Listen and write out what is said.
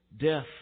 death